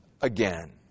again